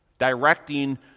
directing